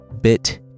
bit